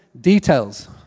details